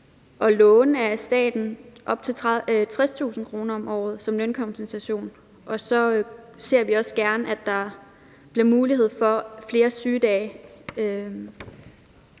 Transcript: at låne op til 60.000 kr. om året af staten som lønkompensation. Og så ser vi også gerne, at der bliver mulighed for at have flere sygedage,